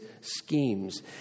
schemes